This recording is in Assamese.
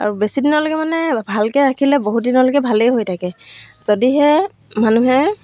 আৰু বেছি দিনলৈকে মানে ভালকৈ ৰাখিলে বহু দিনলৈকে ভালেই হৈ থাকে যদিহে মানুহে